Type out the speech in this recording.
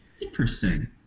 Interesting